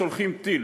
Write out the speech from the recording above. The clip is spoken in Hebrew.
שולחים טיל,